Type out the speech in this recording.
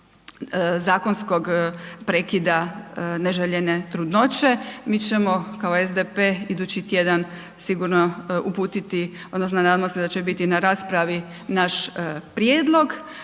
zakonskog prekida neželjene trudnoće, mi ćemo kao SDP idući tjedan sigurno uputiti odnosno nadam se da će biti na raspravi naš prijedlog